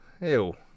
Ew